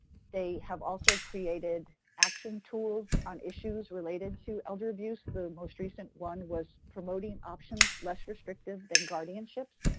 they have also created action tools on issues related to elder abuse. the most recent one was promoting options less restrictive than guardianships.